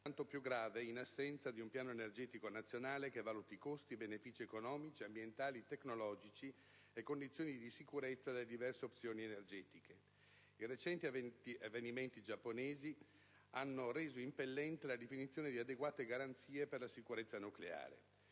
tanto più grave per l'assenza di un Piano energetico nazionale che valuti costi e benefici economici, ambientali e tecnologici e le condizioni di sicurezza delle diverse opzioni energetiche. I recenti eventi verificatisi in Giappone hanno reso impellente la definizione di adeguate garanzie per la sicurezza nucleare.